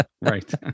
Right